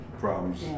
problems